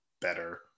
better